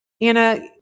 Anna